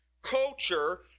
Culture